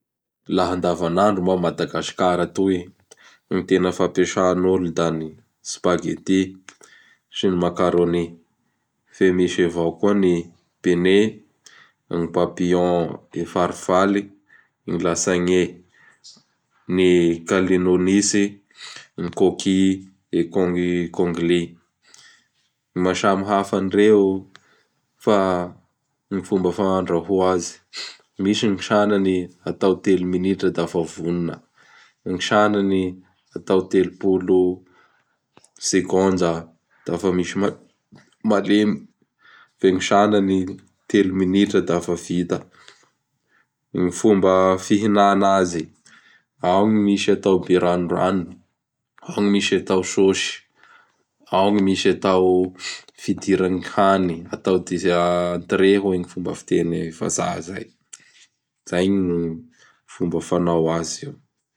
Laha andavanandroa moa a Madagasikara atoy, gny tena fampiasanolo da ny Spagetti sy ny Macaronni fe misy avao koa: ny Bene, gn Papillon efarfale, gn Lasagne, ny Calinolice, ny coquille econglie. Gny maha samihafa an'ireo fa gny fomba fandrahoa azy. Misy gny sanany atao telo minitra da fa vonona; gny sanany atao telopolo sekondra da fa misy malemy, gny sanany telo minitra da fa vita. Gny fomba fihinana azy! Ao gny misy atao be ranondranony, ao gny misy atao sôsy, ao gny misy atao fidiran'gny hany atao entré hoy gny fomba fiteny vazaha izay. Izay gny fomba fanao azy io.